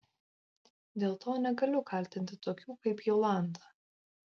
dėl to negaliu kaltinti tokių kaip jolanta